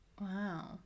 Wow